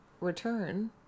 return